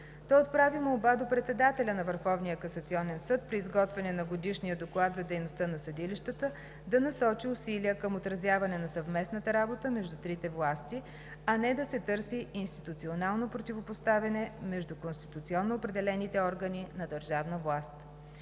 Той отправи молба до председателя на Върховния касационен съд при изготвяне на Годишния доклад за дейността на съдилищата да насочи усилия към отразяване на съвместната работата между трите власти, а не да се търси институционално противопоставяне между конституционно определените органи на държавната власт.